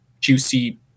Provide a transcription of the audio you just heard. juicy